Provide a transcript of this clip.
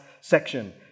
section